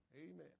Amen